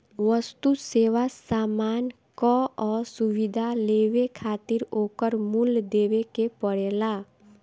वस्तु, सेवा, सामान कअ सुविधा लेवे खातिर ओकर मूल्य देवे के पड़ेला